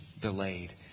delayed